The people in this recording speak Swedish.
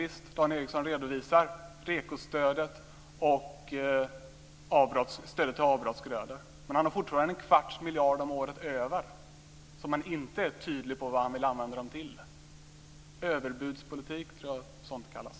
Visst, Dan Ericsson redovisar REKO-stödet och stödet till avbrottsgrödor. Men han har fortfarande en kvarts miljard om året över som han inte är tydlig om hur han vill använda. Överbudspolitik tror jag att sådant kallas.